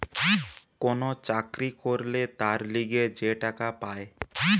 কোন চাকরি করলে তার লিগে যে টাকা পায়